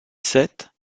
sept